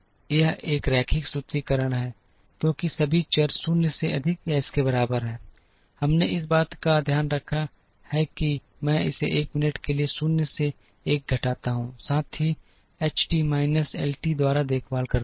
यह एक रेखीय सूत्रीकरण है क्योंकि सभी चर 0 से अधिक या इसके बराबर हैं हमने इस बात का ध्यान रखा है कि मैं इसे 1 मिनट के लिए शून्य से 1 घटाता हूं साथ ही साथ H T minus L T द्वारा देखभाल करता हूं